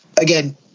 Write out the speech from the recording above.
Again